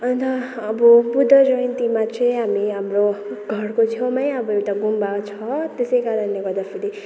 अन्त अब बुद्ध जयन्तीमा चाहिँ हामी हाम्रो घरको छेउमै अब एउटा गुम्बा छ त्यसै कारणले गर्दाखेरि